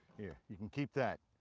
here you can keep that.